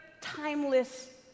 timeless